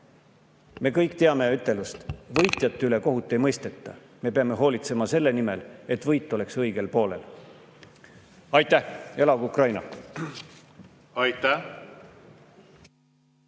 me kõik teame ütelust: võitjate üle kohut ei mõisteta. Me peame hoolitsema selle nimel, et võit oleks õigel poolel. Aitäh! Elagu Ukraina! Aitäh!